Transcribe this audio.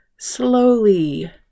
slowly